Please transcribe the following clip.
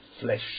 flesh